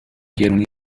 گرونی